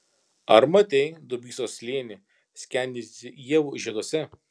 ar matei dubysos slėnį skendintį ievų žieduose